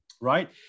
right